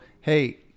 Hey